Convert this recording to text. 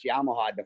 Yamaha